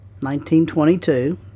1922